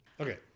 Okay